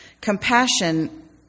Compassion